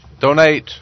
Donate